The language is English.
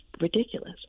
ridiculous